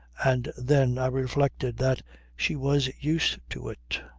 and then i reflected that she was used to it.